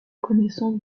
connaissance